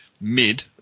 mid